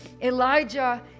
Elijah